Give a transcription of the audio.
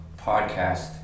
podcast